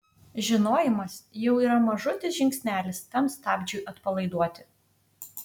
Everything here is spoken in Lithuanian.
žinojimas jau yra mažutis žingsnelis tam stabdžiui atpalaiduoti